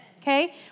okay